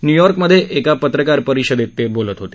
न्यूयॉर्कमध्ये एका पत्रकार परिषदेत ते बोलत होते